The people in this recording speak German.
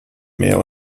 mehr